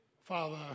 Father